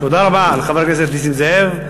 תודה רבה, חבר הכנסת נסים זאב.